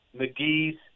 McGee's